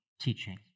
teaching